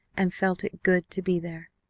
and felt it good to be there.